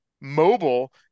mobile